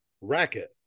racket